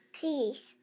Peace